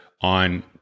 on